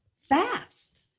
Fast